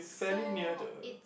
so it's